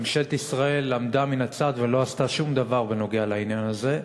ממשלת ישראל עמדה מן הצד ולא עשתה שום דבר בעניין הזה.